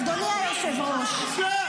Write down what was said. אדוני היושב-ראש,